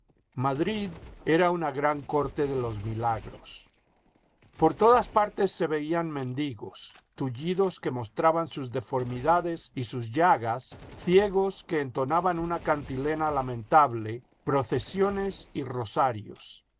madrid era una gran corte de los milagros por todas partes se veían mendigos tullidos que mostraban sus deformidades y sus llagas ciegos que entonaban una cantilena lamentable procesiones y rosarios